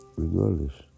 regardless